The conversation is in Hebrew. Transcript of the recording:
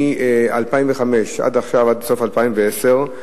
מ-2005 עד סוף 2010,